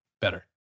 better